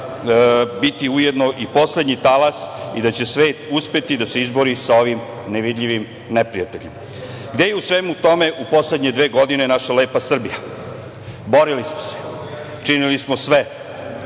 biti ujedno i poslednji talas i da će svet uspeti da se izbori sa ovim nevidljivim neprijateljem. Gde je u svemu tome u poslednje dve godine naša lepa Srbija? Borili smo se, činili smo sve,